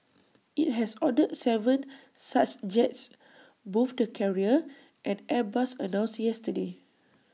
IT has ordered Seven such jets both the carrier and airbus announced yesterday